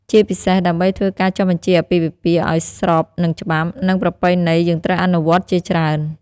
ជាពិសេសដើម្បីធ្វើការចុះបញ្ជីអាពាហ៍ពិពាហ៍ឲ្យស្របនឹងច្បាប់ និងប្រពៃណីយើងត្រូវអនុវត្តន៍ជាច្រើន។